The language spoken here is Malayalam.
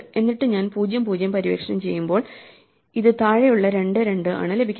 എന്നിട്ട് ഞാൻ 0 0 പര്യവേക്ഷണം ചെയ്യുമ്പോൾ ഈ താഴെ ഉള്ള 2 2 ആണ് ലഭിക്കുന്നത്